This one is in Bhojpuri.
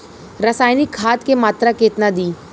रसायनिक खाद के मात्रा केतना दी?